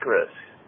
risks